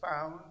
found